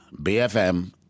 BFM